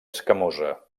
escamosa